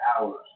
hours